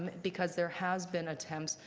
because there has been attempts,